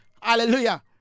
hallelujah